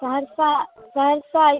Saharsa Saharsa